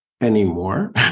anymore